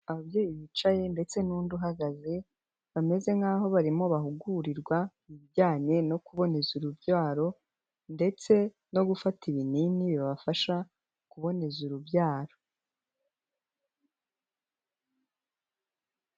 Ababyeyi bicaye ndetse n'undi uhagaze bameze nk'aho barimo bahugurirwa ku bijyanye no kuboneza urubyaro ndetse no gufata ibinini bibafasha kuboneza urubyaro.